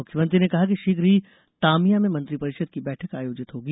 मुख्यमंत्री ने कहा कि शीघ्र ही तामिया में मंत्रि परिषद की बैठक आयोजित होगी